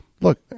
Look